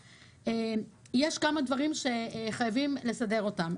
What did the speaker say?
יש כמה דברים שחייבים לסדר אותם.